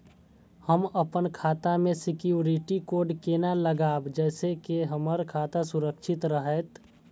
हम अपन खाता में सिक्युरिटी कोड केना लगाव जैसे के हमर खाता सुरक्षित रहैत?